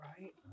right